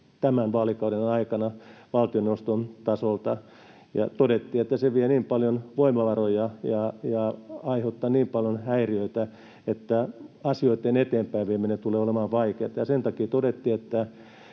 tämän vaalikauden aikana valtioneuvoston tasolta, ja todettiin, että se vie niin paljon voimavaroja ja aiheuttaa niin paljon häiriöitä, että asioitten eteenpäin vieminen tulee olemaan vaikeata. Sen takia todettiin, että